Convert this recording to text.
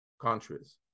countries